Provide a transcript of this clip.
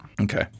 Okay